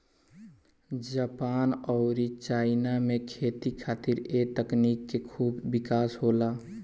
Japan अउरी China में खेती खातिर ए तकनीक से खूब विकास होला